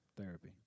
Therapy